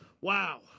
Wow